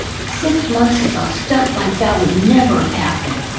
six months ago stuff like that would never have happened,